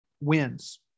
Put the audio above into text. wins